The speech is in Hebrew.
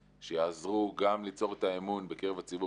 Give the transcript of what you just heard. שיעזרו גם ליצור את האמון בקרב הציבור.